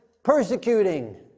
persecuting